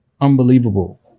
unbelievable